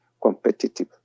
competitive